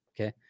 okay